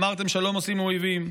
אמרתם: שלום עושים עם אויבים.